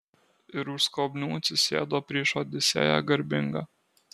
ir už skobnių atsisėdo prieš odisėją garbingą